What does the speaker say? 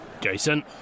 Jason